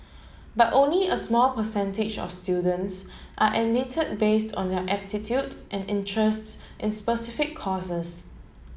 but only a small percentage of students are admitted based on their aptitude and interests in specific courses